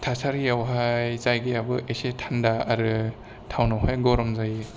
थासारिआवहाय जायगायाबो एसे थांडा आरो टाउननाव हाय गरम जायो